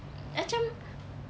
macam